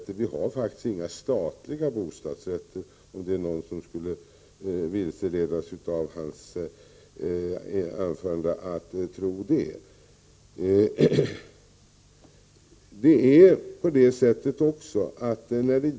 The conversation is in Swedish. Men jag vill säga att vi faktiskt inte har några statliga bostadsrätter, om nu någon skullle ha vilseletts av Jan Sandbergs anförande att tro det.